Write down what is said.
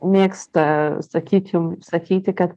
mėgsta sakyt jum sakyti kad